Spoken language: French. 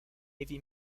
heavy